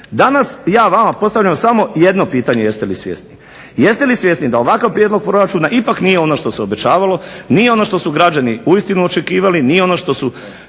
Danas ja vama postavljam samo jedno pitanje jeste li svjesni? Jeste li svjesni da ovakav prijedlog proračuna ipak nije ono što se obećavalo, nije ono što su građani uistinu očekivali, nije ono što